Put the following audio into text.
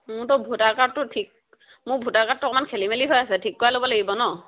মোৰতো ভোটাৰ কাৰ্ডটো ঠিক মোৰ ভোটাৰ কাৰ্ডটো অকণমান খেলি মেলি হৈ আছে ঠিক কৰাই ল'ব লাগিব নহ্